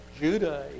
Judah